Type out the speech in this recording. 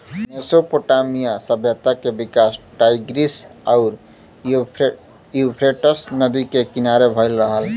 Mesopotamia सभ्यता के विकास टाईग्रीस आउर यूफ्रेटस नदी के किनारे भयल रहल